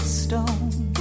stone